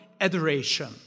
adoration